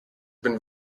been